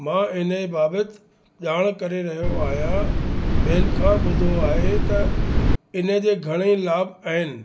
मां हिन ई बाबति ॼाण करे रहियो आहियां ॿियनि खां ॿुधो आहे त हिनजे घणेई लाभ आहिनि